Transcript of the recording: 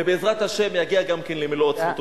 ובעזרת השם יגיע גם למלוא עוצמתו.